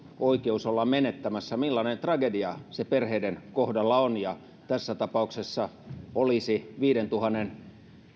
oikeus ollaan menettämässä millainen tragedia se perheiden kohdalla on ja tässä tapauksessa olisi viidentuhannen